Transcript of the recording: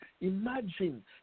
Imagine